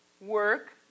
work